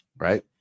Right